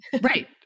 Right